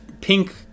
pink